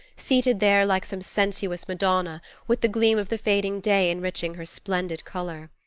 seated there like some sensuous madonna, with the gleam of the fading day enriching her splendid color.